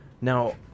Now